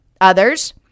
Others